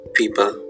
people